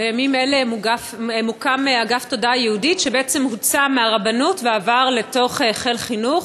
בימים אלה מוקם אגף תודעה יהודית שבעצם הוצא מהרבנות ועבר לחיל חינוך.